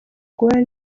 guhora